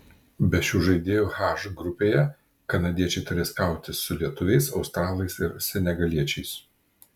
be šių žaidėjų h grupėje kanadiečiai turės kautis su lietuviais australais ir senegaliečiais